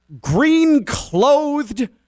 green-clothed